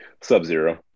sub-zero